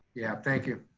yeah. thank you.